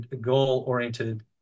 goal-oriented